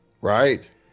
Right